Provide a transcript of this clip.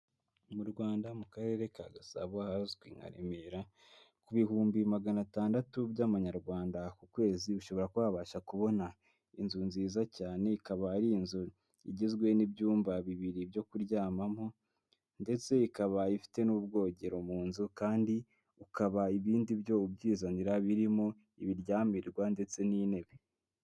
Mu Rwanda mu karere ka Gasabo ahazwi nka Remera, ku bihumbi magana atandatu by'amanyarwanda ku kwezi, ushobora kuba wabasha kubona inzu nziza cyane, ikaba ari inzu igizwe n'ibyumba bibiri byo kuryamamo ndetse ikaba ifite n'ubwogero mu nzu kandi ukaba ibindi byo ubyizanira birimo ibiryamirwa ndetse n'intebe.